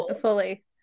fully